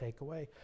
takeaway